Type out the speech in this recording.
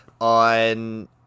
on